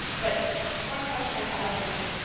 but one question i had on this is,